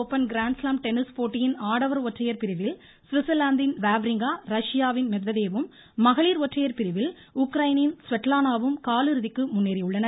open grand slam tennis போட்டியின் ஆடவர் ஒற்றையர் பிரிவில் ஸ்விட்சர்லாந்தின் வாவ்ரிங்கா ரஷ்யாவின் மெத்வதேவ் ம் மகளிர் ஒற்றையர் பிரிவில் உக்ரைனின் ஸ்வட்லானா வும் காலிறுதிக்கு முன்னேறியுள்ளனர்